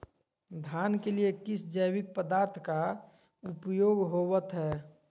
धान के लिए किस जैविक पदार्थ का उपयोग होवत है?